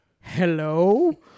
hello